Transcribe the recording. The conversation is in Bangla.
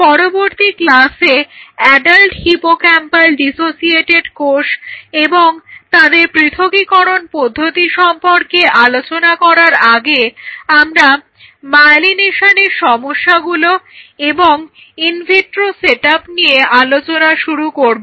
পরবর্তী ক্লাসে অ্যাডাল্ট হিপোক্যাম্পাল ডিসোসিয়েটেড কোষ এবং তাদের পৃথকীকরণ পদ্ধতি সম্পর্কে আলোচনা করার আগে আমরা মায়োলিনেশনের সমস্যাগুলো এবং ইনভিট্রো সেটআপ নিয়ে আলোচনা শুরু করব